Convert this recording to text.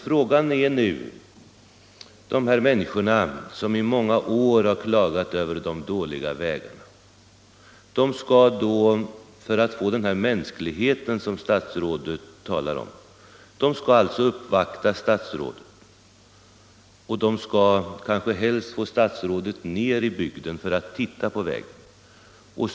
Frågan är nu om de människor som i många år har klagat över de dåliga vägarna för att få del av den här ”mänskligheten” som statsrådet talar om skall behöva uppvakta statsrådet och kanske helst få statsrådet att komma ut till bygden för att se på vägarna.